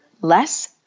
less